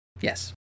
Yes